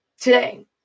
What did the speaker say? Today